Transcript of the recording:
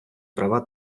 права